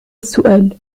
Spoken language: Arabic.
السؤال